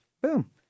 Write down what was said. boom